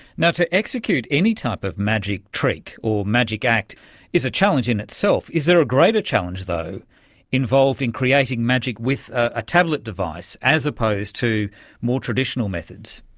to execute any type of magic trick or magic act is a challenge in itself. is there a greater challenge though involved in creating magic with a tablet device as opposed to more traditional methods?